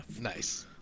Nice